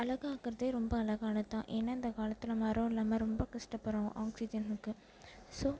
அழகாக்கறதே ரொம்ப அழகானது தான் ஏனால் இந்த காலத்தில் மரம் இல்லாமல் ரொம்ப கஷ்டப்படுறோம் ஆக்சிஜனுக்கு ஸோ